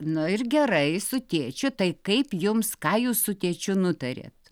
nu ir gerai su tėčiu tai kaip jums ką jūs su tėčiu nutarėte